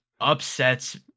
upsets